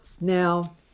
Now